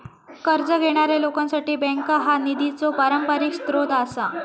कर्ज घेणाऱ्या लोकांसाठी बँका हा निधीचो पारंपरिक स्रोत आसा